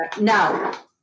Now